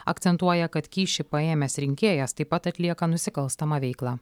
akcentuoja kad kyšį paėmęs rinkėjas taip pat atlieka nusikalstamą veiklą